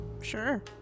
Sure